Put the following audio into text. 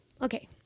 Okay